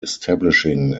establishing